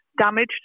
damaged